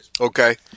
Okay